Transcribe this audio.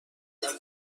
اومدم